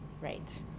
Right